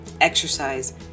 exercise